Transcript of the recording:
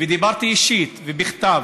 ודיברתי אישית ובכתב.